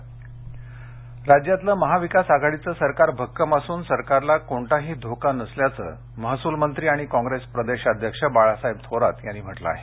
थोरात मंबई राज्यातलं महाविकास आघाडीचं सरकार भक्कम असून कोणताही धोका नसल्याचं महसूल मंत्री आणि कॉंग्रेस प्रदेशाध्यक्ष बाळासाहेब थोरात यांनी म्हटलं आहे